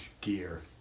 gear